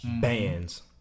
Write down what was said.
Bands